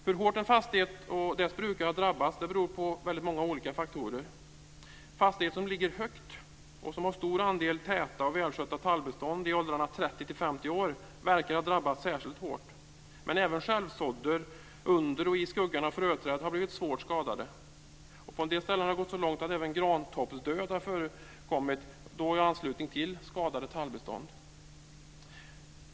Hur hårt en fastighet och dess brukare har drabbats beror på väldigt många olika faktorer. Fastigheter som ligger högt och som har stor andel täta och välskötta tallbestånd i åldrarna 30-50 år verkar har drabbats särskilt hårt, men även självsådder under och i skuggan av fröträd har blivit svårt skadade. På en del ställen har det gått så långt att även grantoppsdöd har förekommit, och då i anslutning till skadade tallbestånd.